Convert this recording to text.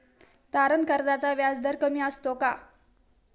तारण कर्जाचा व्याजदर कमी असतो का?